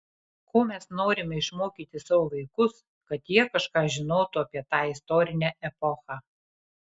ko mes norime išmokyti savo vaikus kad jie kažką žinotų apie tą istorinę epochą